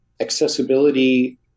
accessibility